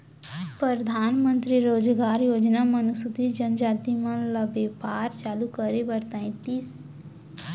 परधानमंतरी रोजगार योजना म अनुसूचित जनजाति मन ल बेपार चालू करब म तैतीस परतिसत छूट मिलथे